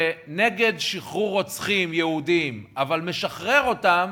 שנגד שחרור רוצחים יהודים אבל משחרר אותם